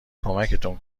کمکتون